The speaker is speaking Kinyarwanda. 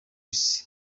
isi